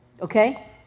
okay